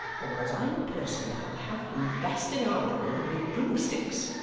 or as i'm a person, i'll have you bastinadoed with broomsticks.